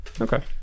Okay